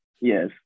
yes